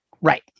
Right